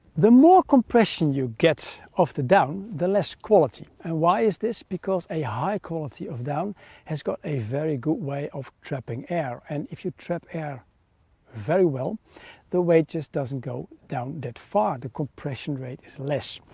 the more compression you get off the down the less quality and why is this because a high quality of down has got a very good way of trapping air and if you trap air very well the weight just doesn't go down that far, the compression rate is less.